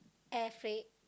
air freight